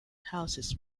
houses